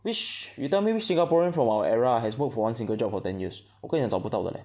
which you tell me which Singaporean from our era has worked for one single job for ten years 我跟你讲找不到的 leh